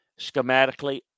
schematically